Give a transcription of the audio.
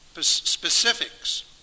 specifics